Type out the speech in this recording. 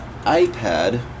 iPad